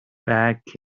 back